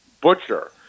butcher